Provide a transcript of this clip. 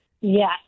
Yes